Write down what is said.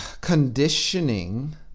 conditioning